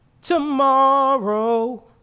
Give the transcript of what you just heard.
tomorrow